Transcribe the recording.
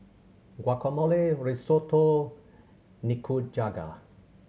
Guacamole Risotto Nikujaga